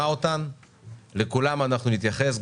לכולם אנחנו נתייחס,